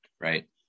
right